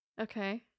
Okay